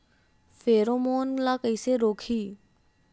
Pheromone ला कइसे रोकही?